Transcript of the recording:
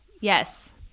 Yes